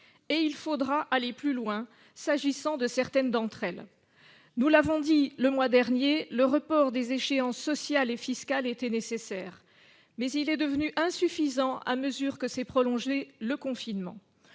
et il faudra aller plus loin s'agissant de certaines d'entre elles. Nous l'avons dit le mois dernier : le report des échéances sociales et fiscales était nécessaire. Mais il est devenu insuffisant à mesure que s'est prolongé le confinement.